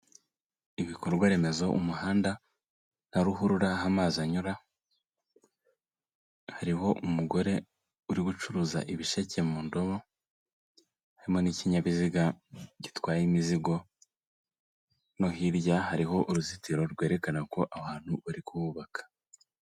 Ibikorwa remezo umuhanda na ruhurura aho amazi anyura, hariho umugore uri gucuruza ibisheke mu ndobo, harimo n'ikinyabiziga gitwaye imizigo no hirya hariho uruzitiro rwerekana ko aho hantu bari kuhubaka.